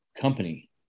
company